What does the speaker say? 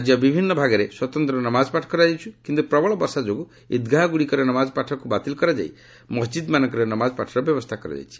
ରାଜ୍ୟର ବିଭିନ୍ନୁ ଭାଗରେ ସ୍ୱତନ୍ତ୍ର ନମାଜ ପାଠ କରାଯାଉଛି କିନ୍ତୁ ପ୍ରବଳ ବର୍ଷା ଯୋଗୁଁ ଇଦ୍ଗାହା ଗୁଡ଼ିକରେ ନମାଜ ପାଠକୁ ବାତିଲ କରାଯାଇ ମସ୍କିଦ୍ମାନଙ୍କରେ ନମାଜ ପାଠର ବ୍ୟବସ୍ଥା କରାଯାଇଛି